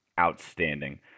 outstanding